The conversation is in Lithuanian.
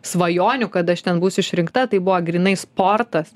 svajonių kad aš ten būsiu išrinkta tai buvo grynai sportas